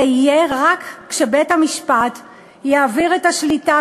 זה יהיה רק כשבית-המשפט יחליט להעביר את השליטה